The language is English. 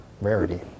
rarity